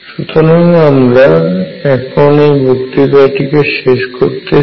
সুতরাং আমরা এখন এই বক্তৃতাটিকে শেষ করতে চাই